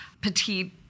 petite